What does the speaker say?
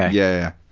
yeah.